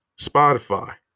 Spotify